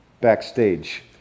backstage